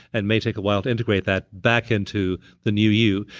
and may take a while to integrate that back into the new you.